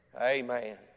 Amen